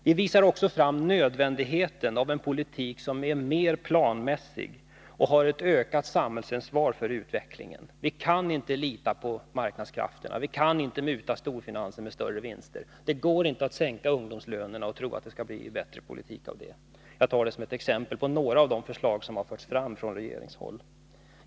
Vi visar också fram nödvändigheten av en politik som är mer planmässig och innebär ett ökat samhällsansvar för utvecklingen. Vi kan inte lita på marknadskrafterna. Vi kan inte muta storfinansen med större vinster. Det gårinte att sänka ungdomslönerna och tro att det blir en bättre politik genom det. Jag tar detta som exempel på vad som förs fram från regeringshåll.